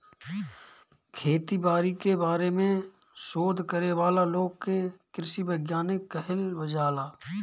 खेती बारी के बारे में शोध करे वाला लोग के कृषि वैज्ञानिक कहल जाला